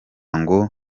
ngo